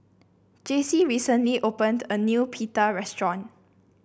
Jaycie recently opened a new Pita restaurant